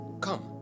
come